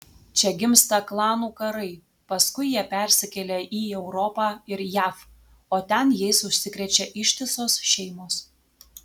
čia gimsta klanų karai paskui jie persikelia į europą ir jav o ten jais užsikrečia ištisos šeimos